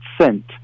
cent